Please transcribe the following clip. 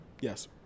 Yes